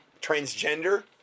transgender